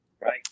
Right